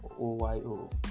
OYO